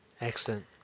Excellent